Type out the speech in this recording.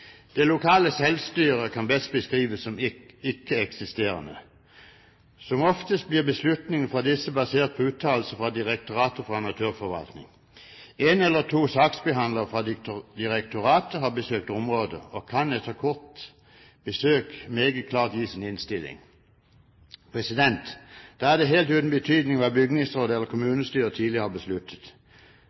Det lokale selvstyret kan best beskrives som ikke-eksisterende. Som oftest blir beslutningene basert på uttalelser fra Direktoratet for naturforvaltning. En eller to saksbehandlere fra direktoratet har besøkt området og kan etter et kort besøk meget klart gi sin innstilling. Da er det helt uten betydning hva bygningsrådet eller kommunestyret tidligere har besluttet.